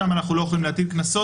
שם אנחנו לא יכולים להטיל קנסות,